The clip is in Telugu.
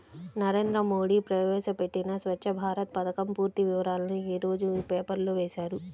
నరేంద్ర మోడీ ప్రవేశపెట్టిన స్వఛ్చ భారత్ పథకం పూర్తి వివరాలను యీ రోజు పేపర్లో వేశారు